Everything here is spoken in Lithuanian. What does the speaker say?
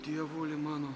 dievuli mano